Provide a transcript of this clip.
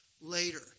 later